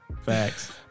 Facts